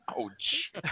Ouch